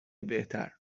بهتر